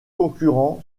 concurrents